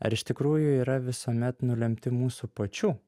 ar iš tikrųjų yra visuomet nulemti mūsų pačių